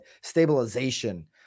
stabilization